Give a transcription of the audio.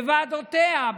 בוועדותיה,